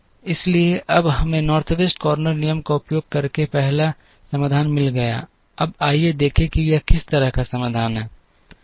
इसलिए अब हमें नॉर्थ वेस्ट कॉर्नर नियम का उपयोग करके पहला समाधान मिल गया है अब आइए देखें कि यह किस तरह का समाधान है